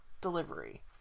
delivery